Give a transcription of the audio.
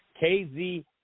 KZ